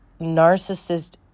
narcissist